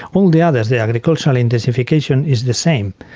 all the others, the agricultural intensification is the same.